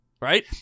Right